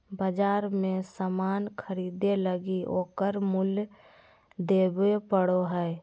बाजार मे सामान ख़रीदे लगी ओकर मूल्य देबे पड़ो हय